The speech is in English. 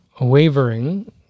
wavering